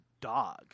dog